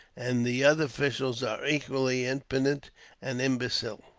and the other officials are equally impotent and imbecile.